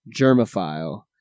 Germophile